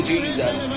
Jesus